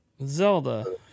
Zelda